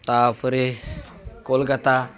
ତା'ପରେ କୋଲକାତା